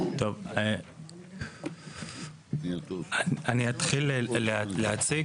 אני אתחיל להציג.